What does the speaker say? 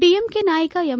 DMK ನಾಯಕ M